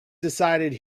decided